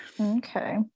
Okay